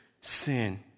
sin